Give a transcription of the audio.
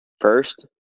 First